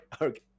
okay